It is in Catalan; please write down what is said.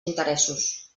interessos